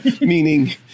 Meaning